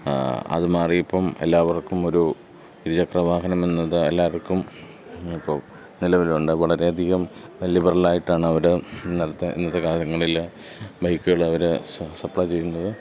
അത് മാറി ഇപ്പം എല്ലാവർക്കും ഒരു ഇരുചക്ര വാഹനമെന്നത് എല്ലാവർക്കും ഇപ്പം നിലവിലുണ്ട് വളരെയധികം ലിബറലായിട്ടാണ് അവർ ഇന്നത്തെ ഇന്നത്തെ കാര്യങ്ങളിൽ ബൈക്കുകൾ അവര് സപ്ലൈ ചെയ്യുന്നത്